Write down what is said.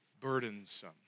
burdensome